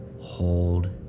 hold